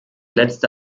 letzte